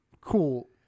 cool